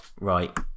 right